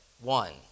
one